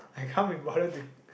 I can't be bothered to